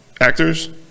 actors